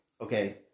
Okay